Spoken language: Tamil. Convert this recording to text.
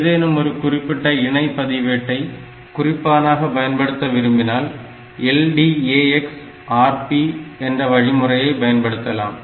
ஏதேனும் ஒரு குறிப்பிட்ட இணை பதிவேட்டை குறிப்பானாக பயன்படுத்த விரும்பினால் LDAX Rp என்ற வழிமுறையயை பயன்படுத்தலாம்